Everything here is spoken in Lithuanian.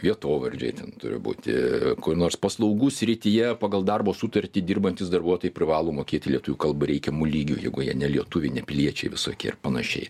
vietovardžiai ten turi būti kur nors paslaugų srityje pagal darbo sutartį dirbantys darbuotojai privalo mokėti lietuvių kalbą reikiamu lygiu jeigu jie ne lietuviai ne piliečiai visokie ir panašiai